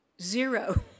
zero